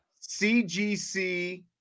CGC